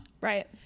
right